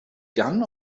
gun